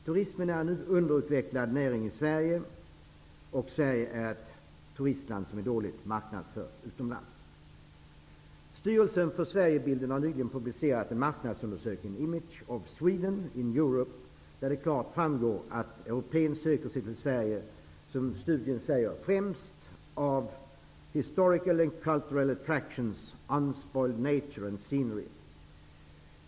Turismen är en underutvecklad näring i Sverige, och Sverige är ett turistland som är dåligt marknadsfört utomlands. Styrelsen för Sverigebilden har nyligen publicerat en marknadsundersökning, Image of Sweden in Europe, där det klart framgår att europén söker sig till Sverige, som studien säger, främst för ''historical and cultural attractions, unspoiled nature and scenery''.